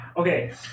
Okay